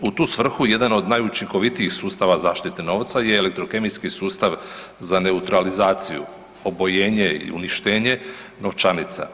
U tu svrhu jedan od najučinkovitijih sustava zaštite novca je elektrokemijski sustav za neutralizaciju, obojenje i uništenje novčanica.